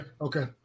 Okay